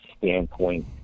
standpoint